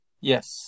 Yes